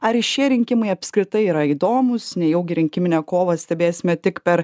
ar šie rinkimai apskritai yra įdomūs nejaugi rinkiminę kovą stebėsime tik per